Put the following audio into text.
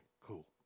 cool